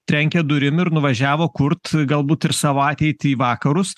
trenkė durim ir nuvažiavo kurt galbūt ir savo ateitį į vakarus